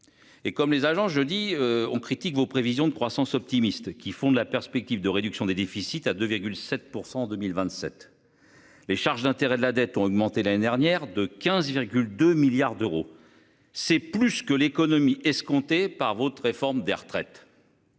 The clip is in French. Et comme les agents jeudi on critique vos prévisions de croissance optimistes qui font de la perspective de réduction des déficits à 2 7 % en 2027. Les charges d'intérêts de la dette ont augmenté l'année dernière de 15 2 milliards d'euros. C'est plus que l'économie escomptée par votre réforme des retraites.